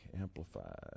amplified